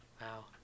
Wow